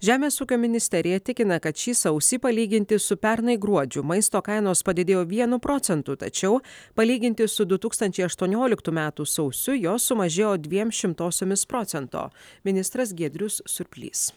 žemės ūkio ministerija tikina kad šį sausį palyginti su pernai gruodžiu maisto kainos padidėjo vienu procentu tačiau palyginti su du tūkstančiai aštuonioliktų metų sausiu jos sumažėjo dviem šimtosiomis procento ministras giedrius surplys